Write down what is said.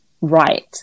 right